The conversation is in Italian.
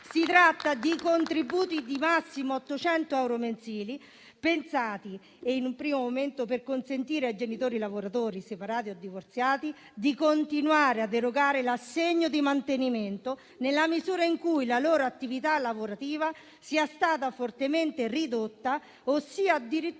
Si tratta di contributi che ammontano al massimo a 800 euro mensili, pensati in un primo momento per consentire ai genitori lavoratori separati o divorziati di continuare ad erogare l'assegno di mantenimento nella misura in cui la loro attività lavorativa sia stata fortemente ridotta o sia addirittura